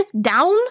down